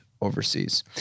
overseas